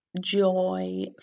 joy